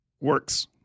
works